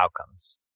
outcomes